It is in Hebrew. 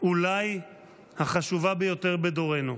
אולי החשובה ביותר בדורנו.